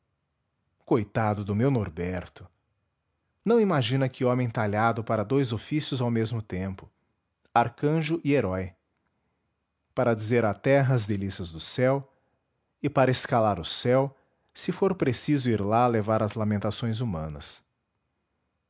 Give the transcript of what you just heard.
coitado do meu norberto não imagina que homem talhado para dous ofícios ao mesmo tempo arcanjo e herói para dizer à terra as delícias do céu e para escalar o céu se for preciso ir lá levar as lamentações humanas